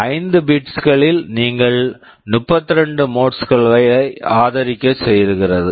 5 bit bit களில் நீங்கள் 32 modes modes கள் வரை ஆதரிக்க செய்கிறது